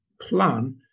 plan